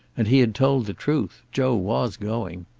and he had told the truth joe was going.